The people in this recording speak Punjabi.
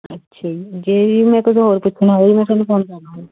ਅੱਛਾ ਜੀ ਜੇ ਜੀ ਮੈਂ ਕੁਝ ਹੋਰ ਪੁੱਛਣਾ ਹੋਇਆ ਮੈਂ ਤੁਹਾਨੂੰ ਫੋਨ ਕਰ ਲੂੰਗੀ